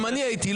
גם אני הייתי.